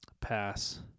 Pass